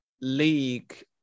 league